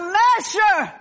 measure